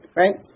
right